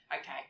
Okay